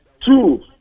Two